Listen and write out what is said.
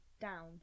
down